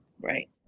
Right